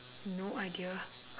no idea